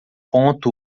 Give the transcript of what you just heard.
ponto